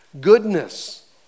Goodness